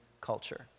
culture